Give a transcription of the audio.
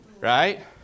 right